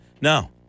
no